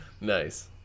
Nice